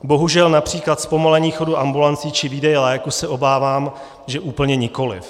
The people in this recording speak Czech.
Bohužel například zpomalení chodu ambulancí či výdeje léků se obávám, že úplně nikoliv.